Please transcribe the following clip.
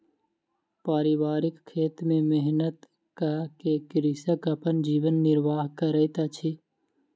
पारिवारिक खेत में मेहनत कअ के कृषक अपन जीवन निर्वाह करैत अछि